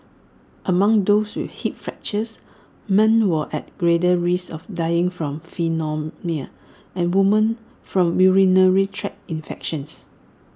among those with hip fractures men were at greater risk of dying from pneumonia and women from urinary tract infections